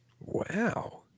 Wow